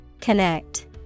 Connect